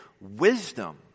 wisdom